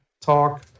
talk